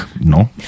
no